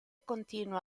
continua